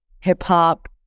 hip-hop